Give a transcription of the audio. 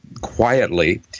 quietly